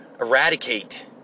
eradicate